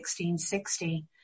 1660